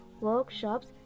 workshops